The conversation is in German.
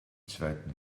zweiten